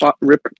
rip